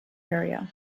area